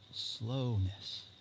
slowness